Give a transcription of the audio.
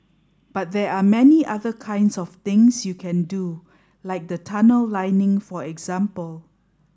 but there are many other kinds of things you can do like the tunnel lining for example